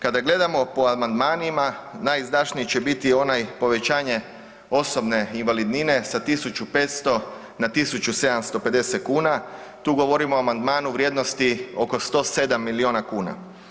Kada gledamo po amandmanima najizdašniji će biti onaj povećanje osobne invalidnine sa 1.500 na 1.750 kuna, tu govorimo o amandmanu vrijednosti oko 107 milijuna kuna.